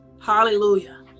Hallelujah